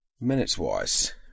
Minutes-wise